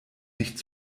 nicht